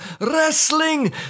wrestling